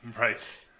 Right